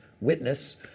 witness